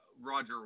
roger